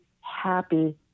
happy